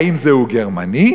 האם זהו גרמני?